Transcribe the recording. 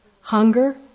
hunger